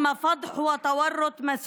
את מעורבותם של